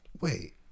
Wait